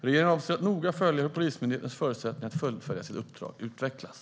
Regeringen avser att noga följa hur Polismyndighetens förutsättningar att fullfölja sitt uppdrag utvecklas.